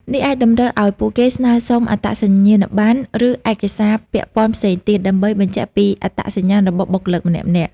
នេះអាចតម្រូវឲ្យពួកគេស្នើសុំអត្តសញ្ញាណប័ណ្ណ ឬឯកសារពាក់ព័ន្ធផ្សេងទៀត ដើម្បីបញ្ជាក់ពីអត្តសញ្ញាណរបស់បុគ្គលម្នាក់ៗ។